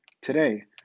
Today